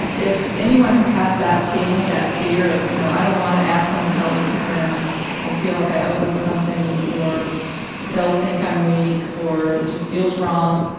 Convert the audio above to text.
if anyone who has that feeling, that fear of, you know, i don't wanna ask someone to help me because then i'll feel like i owe them something, or they'll think i'm weak, or it just feels wrong,